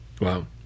Wow